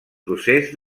procés